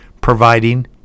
providing